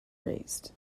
razed